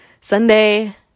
Sunday